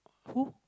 who